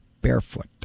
barefoot